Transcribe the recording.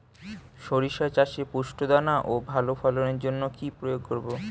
শরিষা চাষে পুষ্ট দানা ও ভালো ফলনের জন্য কি প্রয়োগ করব?